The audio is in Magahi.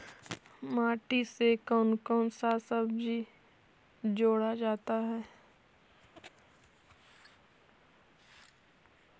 माटी से कौन कौन सा बीज जोड़ा जाता है?